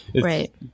Right